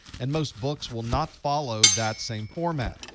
and most books will not follow that same format.